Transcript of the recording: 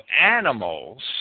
animals